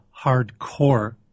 hardcore